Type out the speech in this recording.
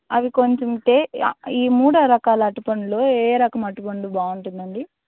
అవి కొంచెం ఈ మూడు రకాల అరటి పండ్లు ఏఏ రకము అరటి పండు బావుంటుంది అండి